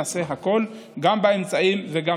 נעשה הכול, גם באמצעים וגם